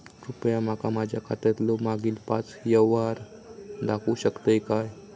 कृपया माका माझ्या खात्यातलो मागील पाच यव्हहार दाखवु शकतय काय?